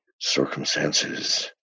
circumstances